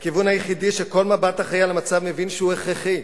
לכיוון היחידי שכל מבט אחראי על המצב מבין שהוא הכרחי.